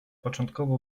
początkowo